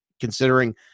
considering